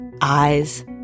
eyes